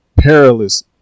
perilous